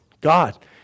God